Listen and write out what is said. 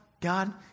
God